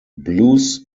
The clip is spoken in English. blues